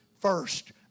first